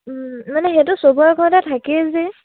মানে সেইটো চবৰে ঘৰতে থাকেই যে